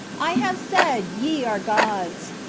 i have said. ye are gods,